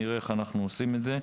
נראה איך אנחנו עושים את זה.